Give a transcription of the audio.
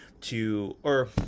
to—or